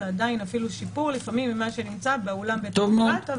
זה עדיין אפילו שיפור ממה שנמצא באולם בית המשפט.